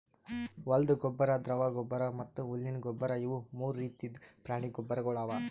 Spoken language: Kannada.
ಹೊಲ್ದ ಗೊಬ್ಬರ್, ದ್ರವ ಗೊಬ್ಬರ್ ಮತ್ತ್ ಹುಲ್ಲಿನ ಗೊಬ್ಬರ್ ಇವು ಮೂರು ರೀತಿದ್ ಪ್ರಾಣಿ ಗೊಬ್ಬರ್ಗೊಳ್ ಅವಾ